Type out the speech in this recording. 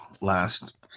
Last